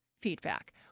feedback